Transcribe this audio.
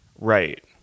right